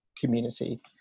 community